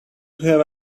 have